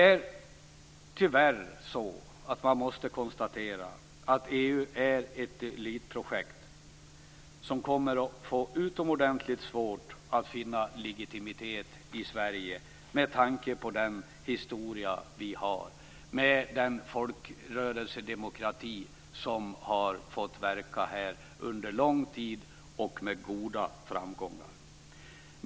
Tyvärr måste man konstatera att EU är ett elitprojekt som kommer att få utomordentligt svårt att finna legitimitet i Sverige med tanke på den historia vi har. Vi har en folkrörelsedemokrati som fått verka här under lång tid och med god framgång.